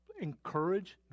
Encourage